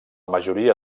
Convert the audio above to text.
majoria